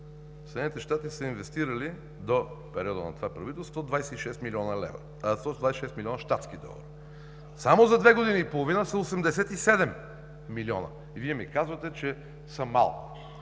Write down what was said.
Съединените щати са инвестирали до периода на това правителство 26 млн. щатски долара. Само за две години и половина са 87 милиона, и Вие ми казвате, че са малко.